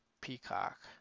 Peacock